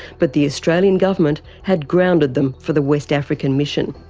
but the australian government had grounded them for the west african mission.